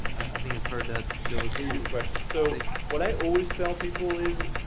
i think i've heard that there was really good question. so what i always tell people is,